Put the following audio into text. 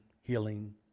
Healing